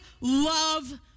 love